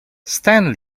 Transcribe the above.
stan